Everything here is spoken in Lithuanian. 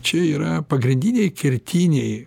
čia yra pagrindiniai kertiniai